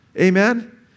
Amen